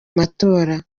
matora